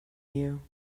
you